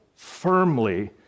Firmly